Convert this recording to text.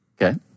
Okay